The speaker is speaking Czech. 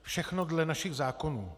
Všechno dle našich zákonů.